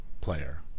player